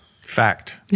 fact